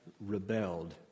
rebelled